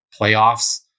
playoffs